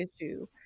issue